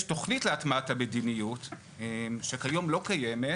תוכנית להטמעת המדיניות שכיום לא קיימת